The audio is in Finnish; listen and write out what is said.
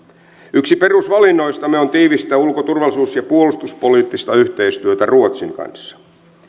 yksi perusvalinnoistamme on tiivistää ulko turvallisuus ja puolustuspoliittista yhteistyötä ruotsin kanssa